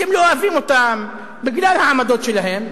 אתם לא אוהבים אותם בגלל העמדות שלהם,